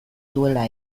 duela